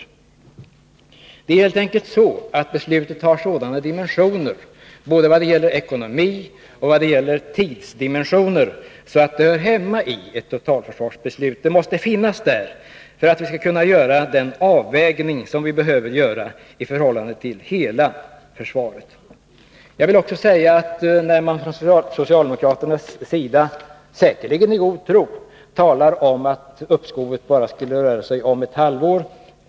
Beslutet har helt enkelt sådana dimensioner vad gäller både ekonomi och tid att det hör hemma i ett totalförsvarsbeslut — det måste finnas där för att man skall kunna göra den avvägning som man behöver göra i förhållande till hela försvaret. Socialdemokraterna säger — säkerligen i god tro — att ett uppskov skulle röra sig om bara ett halvår.